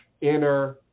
inner